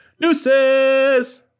Nooses